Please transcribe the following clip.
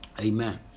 Amen